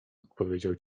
odpowiedział